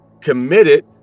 committed